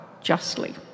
justly